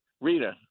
Rita